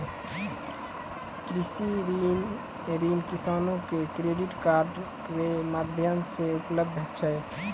कृषि ऋण किसानो के क्रेडिट कार्ड रो माध्यम से उपलब्ध छै